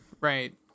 Right